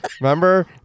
remember